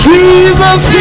Jesus